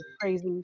crazy